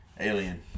Alien